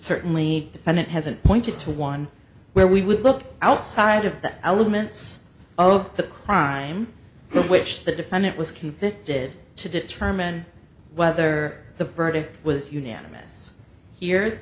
certainly defendant hasn't pointed to one where we would look outside of the elements of the crime for which the defendant was convicted to determine whether the verdict was unanimous